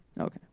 okay